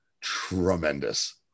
tremendous